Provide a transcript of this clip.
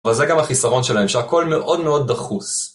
אבל זה גם החיסרון שלהם שהכל מאוד מאוד דחוס